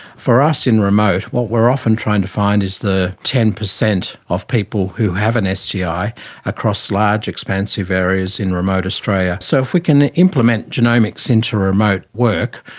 for us in remote, what we are often trying to find is the ten percent of people who have an ah sti across large expansive areas in remote australia. so if we can implement genomics into remote work,